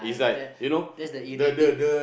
ah that that's the irritate